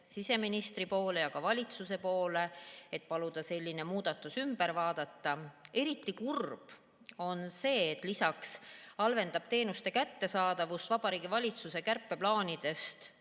siseministri ja ka valitsuse poole, et paluda see muudatus ümber vaadata. Eriti kurb on see, et lisaks halvendab teenuste kättesaadavust Vabariigi Valitsuse kärpeplaanidest